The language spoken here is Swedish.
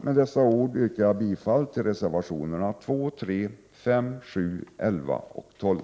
Med dessa ord yrkar jag bifall till reservationerna 2, 3, 5, 7, 11 och 12.